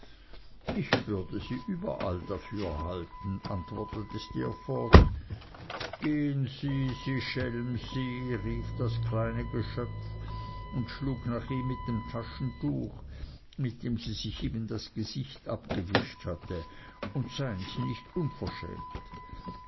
ich würde sie überall dafür halten antwortete steerforth gehen sie sie schelm sie rief das kleine geschöpf und schlug nach ihm mit dem taschentuch mit dem sie sich eben das gesicht abgewischt hatte und seien sie nicht unverschämt